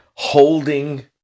holding